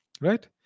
Right